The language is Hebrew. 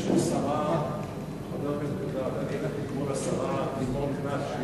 חבר הכנסת אלדד, אני הולך לקרוא לשרה לימור לבנת.